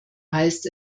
heißt